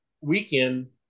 weekend